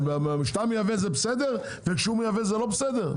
כשאתה מייבא, זה בסדר, וכשהוא מייבא זה לא בסדר?